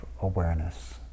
awareness